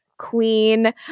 queen